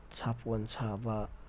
ꯁꯥꯄꯣꯟ ꯁꯥꯕ